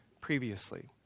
previously